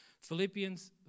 Philippians